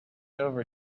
over